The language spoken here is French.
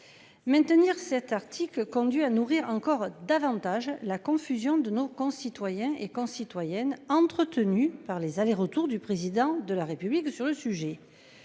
Maintenir cet article conduit à nourrir encore davantage la confusion de nos concitoyens et concitoyennes entretenu par les aller retour du président de la République sur le sujet.